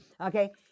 okay